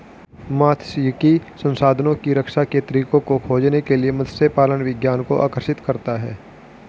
मात्स्यिकी संसाधनों की रक्षा के तरीकों को खोजने के लिए मत्स्य पालन विज्ञान को आकर्षित करता है